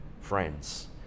friends